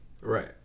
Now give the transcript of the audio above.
Right